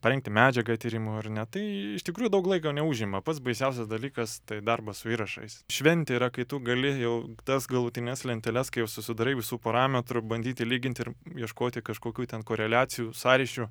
parengti medžiagą tyrimo ar ne tai iš tikrųjų daug laiko neužima pats baisiausias dalykas tai darbas su įrašais šventė yra kai tu gali jau tas galutines lenteles kai jau susidarai visų parametrų bandyti lyginti ir ieškoti kažkokių ten koreliacijų sąryšių